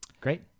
Great